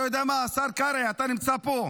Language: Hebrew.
אתה יודע מה, השר קרעי, אתה נמצא פה.